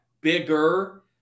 bigger